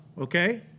okay